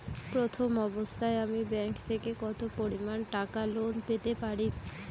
প্রথম অবস্থায় আমি ব্যাংক থেকে কত পরিমান টাকা লোন পেতে পারি?